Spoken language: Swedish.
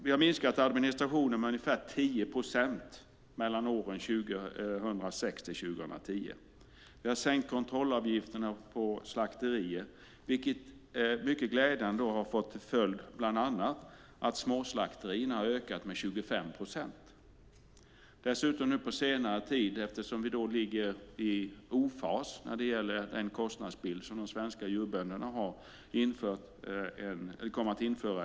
Vi har minskat administrationen med ungefär 10 procent mellan åren 2006 och 2010. Vi har sänkt kontrollavgifterna för slakterier, vilket mycket glädjande har fått till följd bland annat att småslakterierna har ökat med 25 procent. Dessutom kommer vi att införa en så kallad suggpeng, eftersom vi ligger i ofas när det gäller den kostnadsbild som de svenska djurbönderna har.